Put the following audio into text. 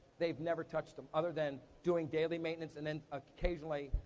they've never touched em, other than doing daily maintenance and then occasionally,